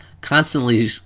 constantly